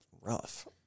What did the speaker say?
rough